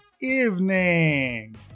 evening